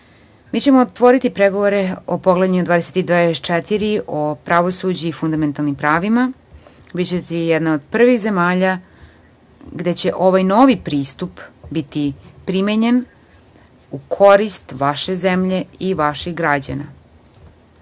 ćemo otvoriti pregovore o poglavljima 23. i 24. o pravosuđu i fundamentalnim pravima. Bićete jedna od prvih zemalja gde će ovaj novi pristup biti primenjen u korist vaše zemlje i vaših građana. Uveravam